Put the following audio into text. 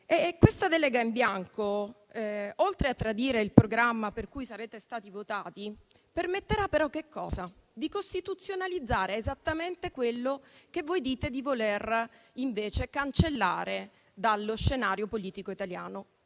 questa delega in bianco, oltre a tradire il programma per cui sarete stati votati, permetterà però di costituzionalizzare esattamente quello che dite di voler invece cancellare dallo scenario politico italiano,